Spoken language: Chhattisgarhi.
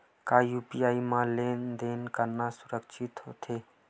का यू.पी.आई म लेन देन करना सुरक्षित होथे?